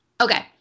Okay